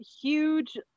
huge